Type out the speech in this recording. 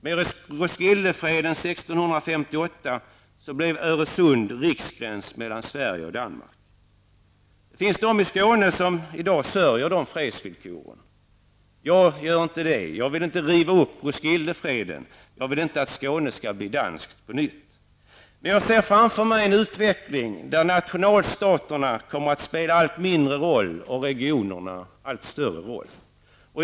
Med Roskildefreden 1658 blev Det finns de i Skåne som i dag sörjer de fredsvillkoren. Jag gör inte det. Jag vill inte riva upp Roskildefreden, jag vill inte att Skåne skall bli danskt på nytt. Men jag ser framför mig en utveckling där nationalstaterna kommer att spela allt mindre roll och regionerna allt större roll.